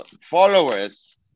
followers